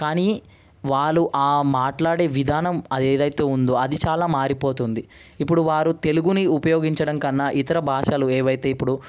కానీ వాళ్ళు ఆ మాట్లాడే విధానం అదేదయితో ఉందొ అది చాలా మారిపోతుంది ఇప్పుడు వారు తెలుగుని ఉపయోగించడం కన్నా ఇతర భాషలు ఏవయితే ఇప్పుడు